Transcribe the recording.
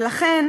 ולכן